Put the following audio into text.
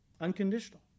Unconditional